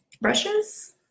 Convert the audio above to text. brushes